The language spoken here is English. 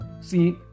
See